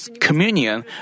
Communion